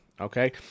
okay